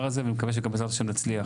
הזה ואני מקווה שגם בעזרת השם נצליח.